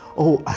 oh,